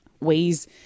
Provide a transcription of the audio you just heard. ways